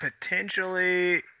potentially